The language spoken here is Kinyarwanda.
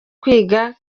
kwiga